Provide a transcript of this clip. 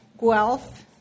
Guelph